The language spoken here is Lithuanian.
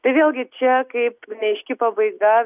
tai vėlgi čia kaip neaiški pabaiga